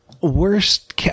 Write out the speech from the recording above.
Worst –